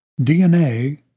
DNA